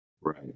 right